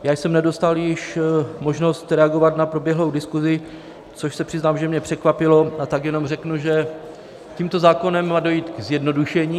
Já jsem nedostal již možnost reagovat na proběhlou diskusi, což se přiznám, že mě překvapilo, a tak jenom řeknu, že tímto zákonem má dojít ke zjednodušení.